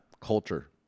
culture